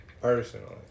personally